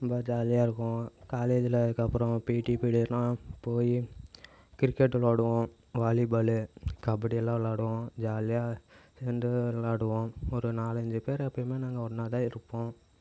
ரொம்ப ஜாலியாக இருக்கும் காலேஜில் அதுக்கப்புறம் பிடி பீரியட்லாம் போய் கிரிக்கெட்டு விளையாடுவோம் வாலிபாலு கபடியெல்லாம் விளையாடுவோம் ஜாலியாக சேர்ந்து விளையாடுவோம் ஒரு நாலஞ்சு பேர் எப்பயுமே நாங்கள் ஒன்றாதான் இருப்போம்